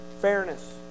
fairness